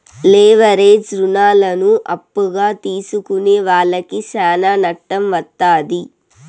leverage రుణాలను అప్పుగా తీసుకునే వాళ్లకి శ్యానా నట్టం వత్తాది